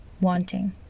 wanting